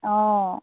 অঁ